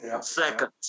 seconds